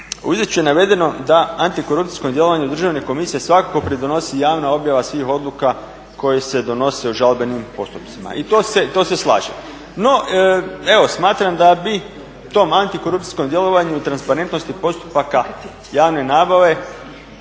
I izvješću je navedeno da antikorupcijskom djelovanju državne komisije svakako pridonosi javna objava svih odluka koje se donose o žalbenim postupcima, i s tim se slažem. No evo smatram da bi tom antikorupcijskom djelovanju i transparentnosti postupaka javne nabave